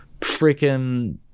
freaking